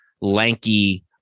lanky